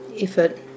effort